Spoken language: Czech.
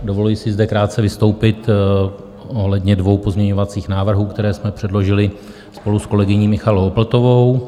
Dovoluji si zde krátce vystoupit ohledně dvou pozměňovacích návrhů, které jsme předložili spolu s kolegyní Michaelou Opltovou.